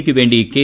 യ്ക്ക് വേണ്ടി കെ